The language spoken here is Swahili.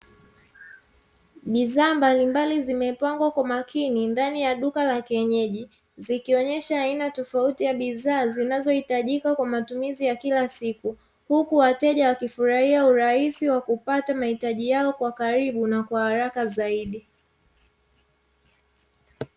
Bidhaa mbalimbali zimepangwa kwa makini ndani ya duka la kienyeji zikionyesha aina tofauti ya bidhaa zinazohitajika kwa matumizi ya kila siku, huku wateja wakifurahia urahisi wa kupata mahitaji yao kwa karibu na kwa haraka zaidi.